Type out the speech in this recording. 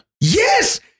yes